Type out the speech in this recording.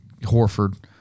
Horford